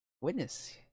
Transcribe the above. witness